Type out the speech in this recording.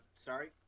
Sorry